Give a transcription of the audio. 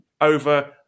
over